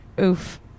Oof